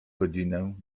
godzinę